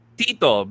tito